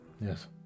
Yes